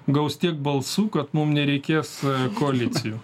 gaus tiek balsų kad mum nereikės koalicijų